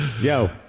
Yo